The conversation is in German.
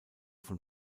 von